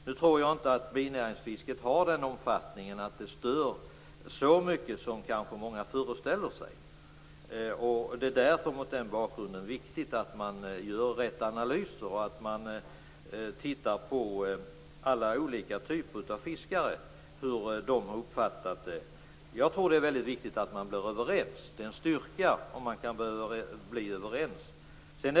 Jag tror inte att binäringsfisket är av den omfattningen att det stör så mycket som många kanske föreställer sig. Mot den bakgrunden är det viktigt att man gör rätt analyser och undersöker hur olika typer av fiskare har uppfattat det. Det är viktigt att man blir överens. Det är en styrka om man kan bli överens.